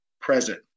present